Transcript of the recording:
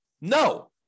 No